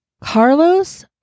Carlos